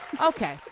okay